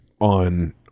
on